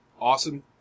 awesome